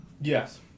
Yes